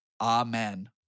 Amen